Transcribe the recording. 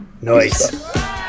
Nice